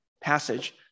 passage